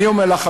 ואני אומר לך,